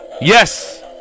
Yes